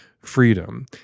freedom